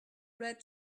read